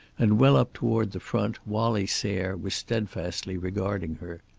and well up toward the front, wallie sayre was steadfastly regarding her.